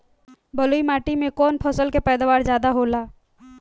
बालुई माटी में कौन फसल के पैदावार ज्यादा होला?